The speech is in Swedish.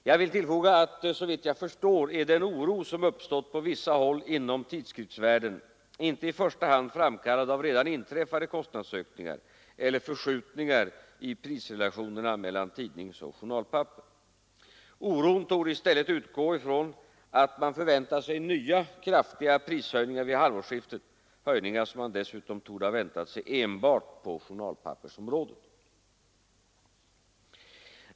Jag vill tillfoga att såvitt jag förstår är den oro som uppstått på vissa håll inom tidskriftsvärlden inte i första hand framkallad av redan inträffade kostnadsökningar eller förskjutningar i prisrelationerna mellan tidningsoch journalpapper. Oron torde i stället utgå från att man förväntar sig nya, kraftiga prishöjningar vid halvårsskiftet, höjningar som man dessutom torde ha väntat sig enbart på journalpappersområdet.